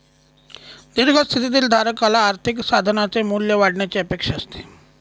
दीर्घ स्थितीतील धारकाला आर्थिक साधनाचे मूल्य वाढण्याची अपेक्षा असते